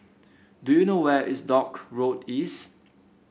do you know where is Dock Road East